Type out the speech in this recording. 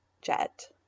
Jet